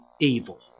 evil